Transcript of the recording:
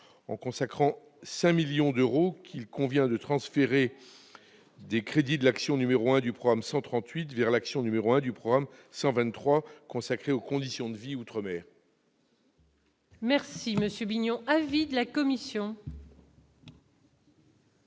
en consacrant 5 millions d'euros qu'il convient de transférer des crédits de l'action numéro un du programme 138 vers l'action, numéro un du programme 123 consacré aux conditions de vie outre-mer. Merci monsieur Vignon, avis de la commission.